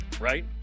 Right